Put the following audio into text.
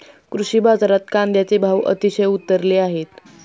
कृषी बाजारात कांद्याचे भाव अतिशय उतरले आहेत